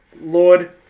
Lord